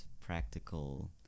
practical